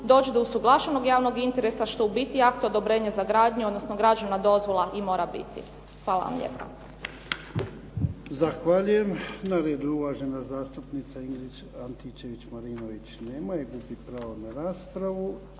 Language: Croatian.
dođe do usuglašenog javnog interesa, što ubiti akt odobrenja za gradnju, odnosno građevna dozvola i mora biti. Hvala vam lijepa. **Jarnjak, Ivan (HDZ)** Zahvaljujem. Na redu je uvažena zastupnica Ingrid Antičević-Marinović. Nema je. Gubi pravo na raspravu.